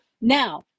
now